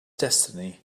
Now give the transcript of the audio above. destiny